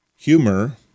Humor